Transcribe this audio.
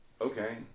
okay